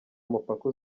mupaka